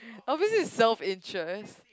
obviously is self interest